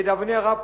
לדאבוני הרב,